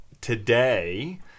today